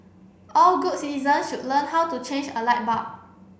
all good citizen should learn how to change a light bulb